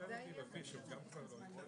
כמרכז